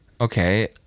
okay